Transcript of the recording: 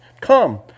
Come